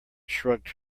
shrugged